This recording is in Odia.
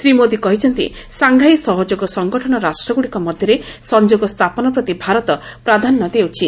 ଶ୍ରୀ ମୋଦି କହିଛନ୍ତି ସାଂଘାଇ ସହଯୋଗ ସଂଗଠନ ରାଷ୍ଟ୍ରଗୁଡ଼ିକ ମଧ୍ୟରେ ସଂଯୋଗ ସ୍ଥାପନ ପ୍ରତି ଭାରତ ପ୍ରାଧାନ୍ୟ ଦେଉଛି